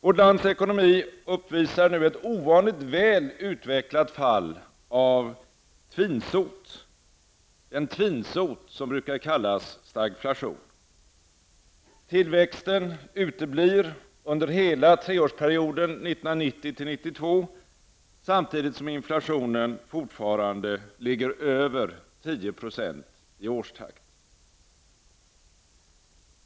Vårt lands ekonomi uppvisar nu ett ovanligt väl utvecklat fall av den tvinsot som brukar kallas stagflation. Tillväxten uteblir under hela treårsperioden 1990/92, samtidigt som inflationen fortfarande ligger över 10 % i årstakt.